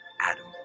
Adam